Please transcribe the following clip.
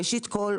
ראשית כל,